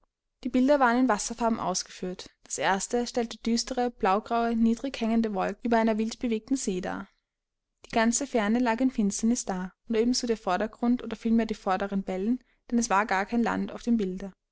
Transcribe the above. die bilder waren in wasserfarben ausgeführt das erste stellte düstere blaugraue niedrighängende wolken über einer wildbewegten see dar die ganze ferne lag in finsternis da und ebenso der vordergrund oder vielmehr die vorderen wellen denn es war gar kein land auf dem bilde